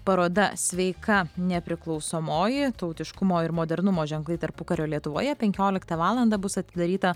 paroda sveika nepriklausomoji tautiškumo ir modernumo ženklai tarpukario lietuvoje penkioliktą valandą bus atidaryta